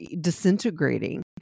disintegrating